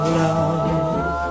love